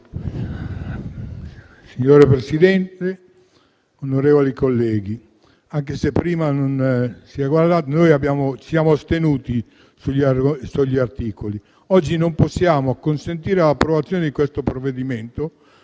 Signora Presidente, onorevoli colleghi, anche se prima non si è capito, noi ci siamo astenuti sulla votazione degli articoli. Oggi non possiamo consentire l'approvazione di questo provvedimento,